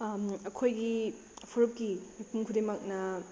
ꯑꯩꯈꯣꯏꯒꯤ ꯐꯨꯔꯨꯞꯀꯤ ꯃꯤꯄꯨꯝ ꯈꯨꯗꯤꯡꯃꯛꯅ